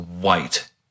white